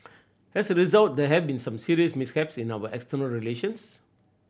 as a result there have been some serious mishaps in our external relations